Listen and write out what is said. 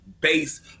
base